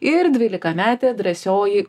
ir dvylikametė drąsioji